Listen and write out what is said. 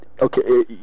Okay